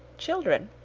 children.